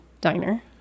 Diner